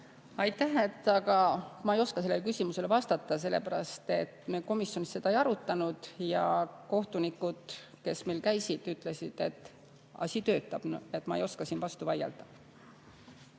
Aitäh! Ma ei oska sellele küsimusele vastata, sellepärast et me komisjonis seda ei arutanud. Aga kohtunikud, kes meil käisid, ütlesid, et asi töötab. Ma ei oska siin vastu vaielda.